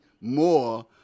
more